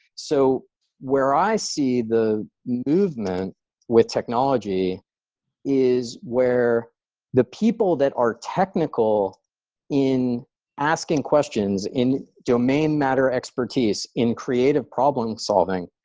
so where i see the movement with technology is where the people that are technical in asking questions in domain matter expertise, in creative problem solving,